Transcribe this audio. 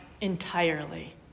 entirely